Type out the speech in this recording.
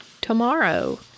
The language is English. tomorrow